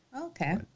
Okay